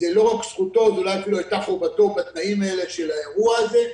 זו לא רק זכותו אלא גם חובתו בתנאים של האירוע הזה.